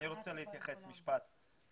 אני רוצה להתייחס במשפט.